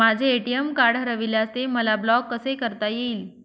माझे ATM card हरविल्यास ते मला ब्लॉक कसे करता येईल?